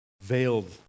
veiled